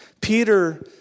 Peter